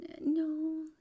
no